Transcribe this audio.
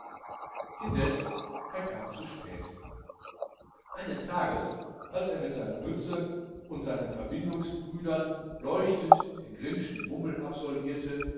indeß er kam zu spät eines tages als er mit seiner mütze und seinen verbindungsbrüdern leuchtend den grimmschen bummel absolvierte